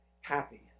happy